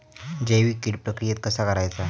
जैविक कीड प्रक्रियेक कसा करायचा?